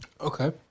Okay